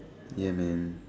ya man